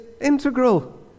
integral